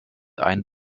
ein